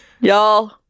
Y'all